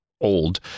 old